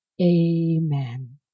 Amen